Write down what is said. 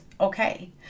okay